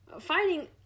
fighting